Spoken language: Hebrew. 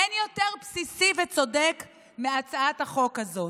אין יותר בסיסי וצודק מהצעת החוק הזאת.